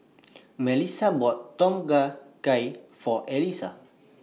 Mellisa bought Tom Kha Gai For Alissa